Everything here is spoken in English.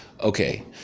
Okay